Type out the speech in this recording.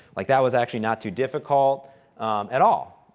like, that was actually not too difficult at all.